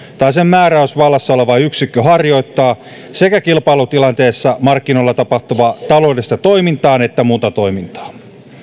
tai sen määräysvallassa oleva yksikkö harjoittaa sekä kilpailutilanteessa markkinoilla tapahtuvaa taloudellista toimintaa että muuta toimintaa